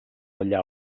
allà